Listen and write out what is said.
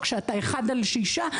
כשאתה אחד על שישה,